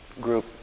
group